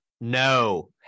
No